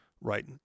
right